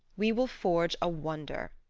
we will forge a wonder.